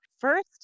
first